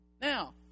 Now